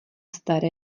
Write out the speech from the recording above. staré